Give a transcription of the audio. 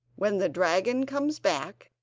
when the dragon comes back,